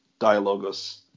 Dialogos